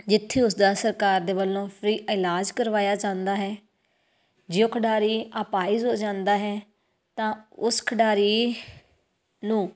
ਜਿੱਥੇ ਉਸਦਾ ਸਰਕਾਰ ਦੇ ਵੱਲੋਂ ਫਰੀ ਇਲਾਜ ਕਰਵਾਇਆ ਜਾਂਦਾ ਹੈ ਜੇ ਉਹ ਖਿਡਾਰੀ ਅਪਾਹਜ ਹੋ ਜਾਂਦਾ ਹੈ ਤਾਂ ਉਸ ਖਿਡਾਰੀ ਨੂੰ